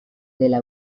dela